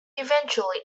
eventually